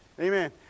Amen